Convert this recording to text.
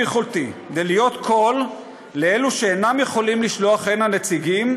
לעשות כל שביכולתי כדי להיות קול לאלה שאינם יכולים לשלוח הנה נציגים,